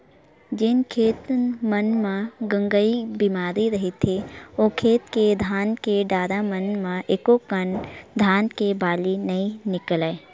जेन खेत मन म गंगई बेमारी रहिथे ओ खेत के धान के डारा मन म एकोकनक धान के बाली नइ निकलय